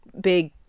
big